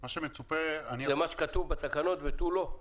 מה שכתוב בתקנות ותו לא?